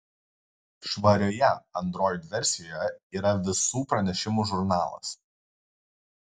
švarioje android versijoje yra visų pranešimų žurnalas